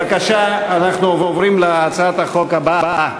בבקשה, אנחנו עוברים להצעת החוק הבאה: